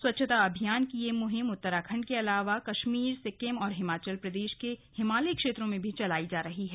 स्वच्छता अभियान की यह मुहिम उत्तराखड के अलावा कश्मीर सिक्किम और हिमाचल प्रदेश के हिमालयी क्षेत्रों में चलाई जा रही है